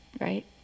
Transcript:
right